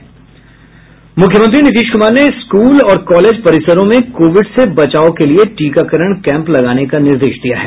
मुख्यमंत्री नीतीश कुमार ने स्कूल और कॉलेज परिसरों में कोविड से बचाव के लिए टीकाकरण कैम्प लगाने का निर्देश दिया है